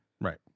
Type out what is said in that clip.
Right